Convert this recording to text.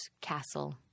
Castle